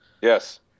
yes